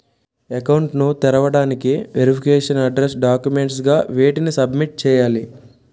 Account ను తెరవటానికి verification address documents గా వేటిని సబ్మిట్ చేయాలి?